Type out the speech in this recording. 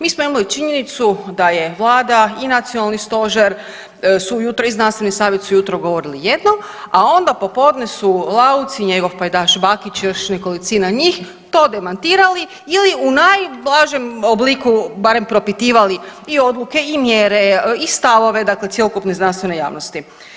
Mi smo imali činjenicu da je vlada i nacionalni stožer su ujutro i znanstveni savjet su ujutro govorili jedno, a onda popodne su Lauc i njegov pajdaš Bakić i još nekolicina njih to demantirali ili u najblažem obliku barem propitivali i odluke i mjere i stavove dakle cjelokupne znanstvene javnosti.